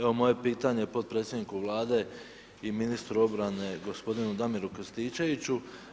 Evo moje pitanje potpredsjedniku Vlade i ministru obrane gospodinu Damiru Krstičeviću.